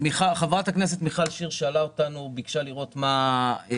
חברת הכנסת מיכל שיר ביקשה לראות כיצד